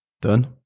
done